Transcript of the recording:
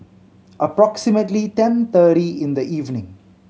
approximately ten thirty in the evening